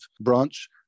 branch